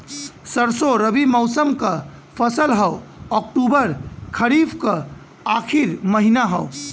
सरसो रबी मौसम क फसल हव अक्टूबर खरीफ क आखिर महीना हव